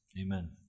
Amen